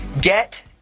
Get